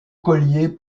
collier